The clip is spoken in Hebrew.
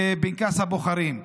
בפנקס הבוחרים.